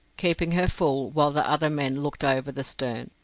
keeping her full, while the other men looked over the stern.